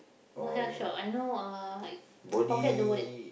not have shop I know uh I forget the word